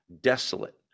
desolate